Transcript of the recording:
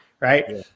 right